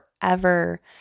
forever